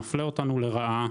זה מפלה אותנו לרעה,